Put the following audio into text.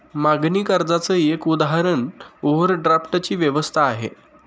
मागणी कर्जाच एक उदाहरण ओव्हरड्राफ्ट ची व्यवस्था आहे